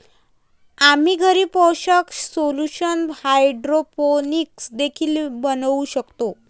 आम्ही घरी पोषक सोल्यूशन हायड्रोपोनिक्स देखील बनवू शकतो